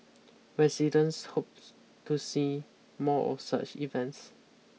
residents hopes to see more of such events